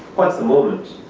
what's the moment?